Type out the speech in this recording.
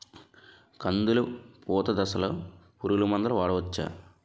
కందులు పూత దశలో పురుగు మందులు వాడవచ్చా?